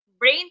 brain